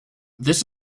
this